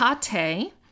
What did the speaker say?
Tate